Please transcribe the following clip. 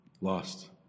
lost